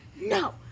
no